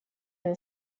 and